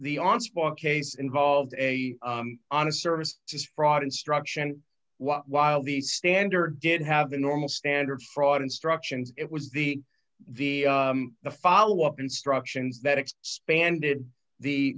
case involved a on a service just brought instruction while the standard did have the normal standard fraud instructions it was the v the follow up instructions that expanded the